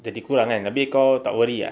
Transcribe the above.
jadi kurang kan abeh kau tak worry ah